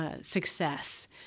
success